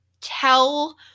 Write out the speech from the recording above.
tell